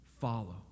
follow